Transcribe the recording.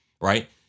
right